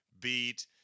beat